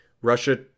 russia